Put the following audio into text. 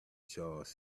charles